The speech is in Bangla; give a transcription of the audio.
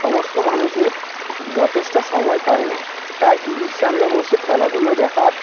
সমস্ত মানুষের যথেষ্ট সময় পায় না তাই টিভির সামনে বসে খেলাধুলো দেখার